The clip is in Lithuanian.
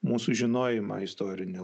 mūsų žinojimą istorinį